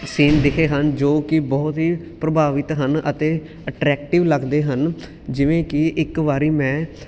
scene ਦਿਖੇ ਹਨ ਜੋ ਕਿ ਬਹੁਤ ਹੀ ਪ੍ਰਭਾਵਿਤ ਹਨ ਅਤੇ ਅਟਰੈਕਟਿਵ ਲੱਗਦੇ ਹਨ ਜਿਵੇਂ ਕਿ ਇੱਕ ਵਾਰੀ ਮੈਂ